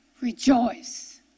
Rejoice